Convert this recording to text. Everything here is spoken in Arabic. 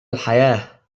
الحياة